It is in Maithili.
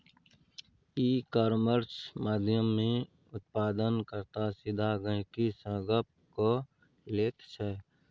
इ कामर्स माध्यमेँ उत्पादन कर्ता सीधा गहिंकी सँ गप्प क लैत छै